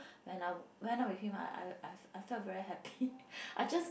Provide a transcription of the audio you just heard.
when I'm when I'm with him I I felt I felt very happy I just